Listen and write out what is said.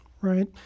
Right